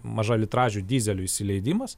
mažalitražių dyzelių įsileidimas